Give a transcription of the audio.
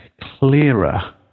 clearer